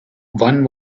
one